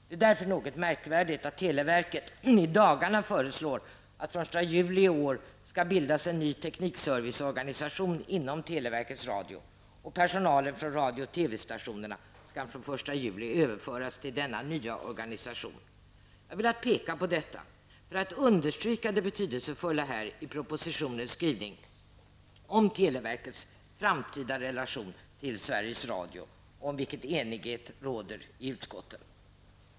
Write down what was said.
Det är därför något märkvärdigt att televerket i dagarna föreslår att det den 1 juli i år skall bildas en ny teknikserviceorganisation inom televerkets radio och att personalen från radio och TV Jag har velat peka på detta för att understryka det betydelsefulla i propositionens skrivning om televerkets framtida relation till Sveriges Radio, om vilken enighet råder i utskotten.